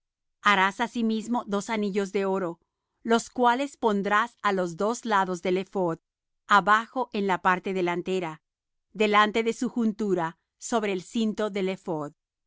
harás asimismo dos anillos de oro los cuales pondrás á los dos lados del ephod abajo en la parte delantera delante de su juntura sobre el cinto